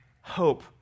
hope